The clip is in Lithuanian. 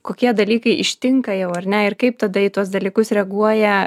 kokie dalykai ištinka jau ar ne ir kaip tada į tuos dalykus reaguoja